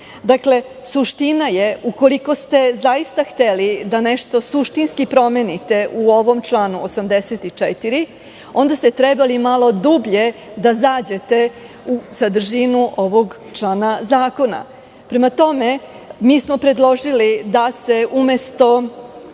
sudove. Suština je, ukoliko ste zaista hteli nešto suštinski da promenite u ovom članu 84. onda ste trebali malo dublje da zađete u sadržinu ovog člana zakona. Prema tome, mi smo predložili da se umesto